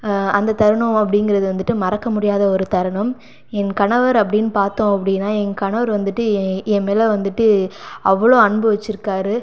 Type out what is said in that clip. அந்த தருணம் அப்படிங்குறது வந்துட்டு மறக்க முடியாத ஒரு தருணம் என் கணவர் அப்படின்னு பார்த்தோம் அப்படின்னா என் கணவர் வந்துவிட்டு எ என் மேல் வந்துவிட்டு அவ்வளோ அன்பு வச்சுருக்காரு